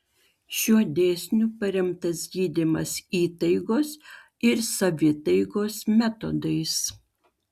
šiuo dėsniu paremtas gydymas įtaigos ir savitaigos metodais